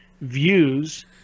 views